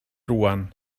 owen